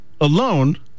alone